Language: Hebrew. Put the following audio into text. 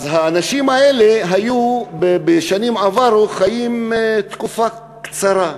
האנשים האלה בשנים עברו היו חיים תקופה קצרה,